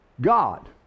god